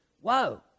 whoa